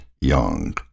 young